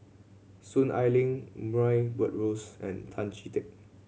Soon Ai Ling Murray Buttrose and Tan Chee Teck